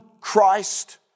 Christ